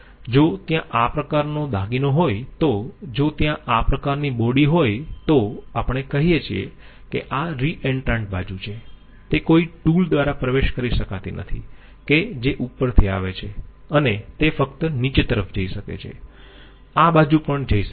જો ત્યાં આ પ્રકારનો દાગીનો હોય તો જો ત્યાં આ પ્રકારની બોડી હોય તો આપણે કહીએ છીએ કે આ રી એન્ટ્રાન્ટ બાજુ છે તે કોઈ ટૂલ દ્વારા પ્રવેશ કરી શકાતી નથી કે જે ઉપરથી આવે છે અને તે ફક્ત નીચે તરફ જઈ શકે છે અને આ બાજુ પણ જઈ શકે છે